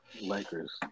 Lakers